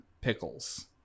pickles